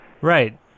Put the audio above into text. Right